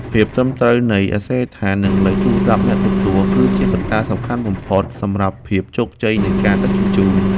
ភាពត្រឹមត្រូវនៃអាសយដ្ឋាន និងលេខទូរស័ព្ទអ្នកទទួល គឺជាកត្តាសំខាន់បំផុតសម្រាប់ភាពជោគជ័យនៃការដឹកជញ្ជូន។